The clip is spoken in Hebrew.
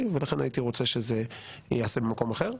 ולכן הייתי רוצה שזה ייעשה במקום אחר.